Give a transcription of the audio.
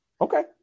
Okay